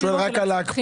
הוא שואל רק על ההקפאה.